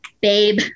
babe